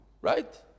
right